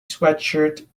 sweatshirt